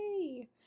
Yay